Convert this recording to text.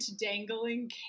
dangling